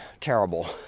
terrible